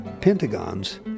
pentagons